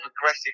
aggressive